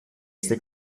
este